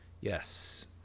Yes